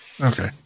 Okay